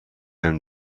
own